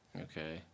Okay